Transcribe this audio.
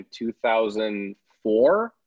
2004